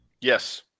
Yes